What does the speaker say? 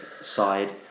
side